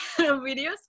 videos